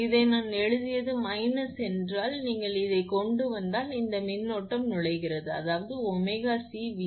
இதை நான் எழுதியது மைனஸ் என்றால் நீங்கள் இதை கொண்டு வந்தால் இது இந்த மின்னோட்டம் நுழைகிறது அது 𝜔𝐶𝑉3 மற்றும் 0